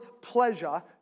pleasure